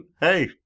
Hey